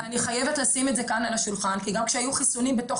ואני חייבת לשים את זה כאן על השולחן